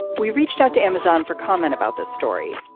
we reached out to amazon for comment about this story.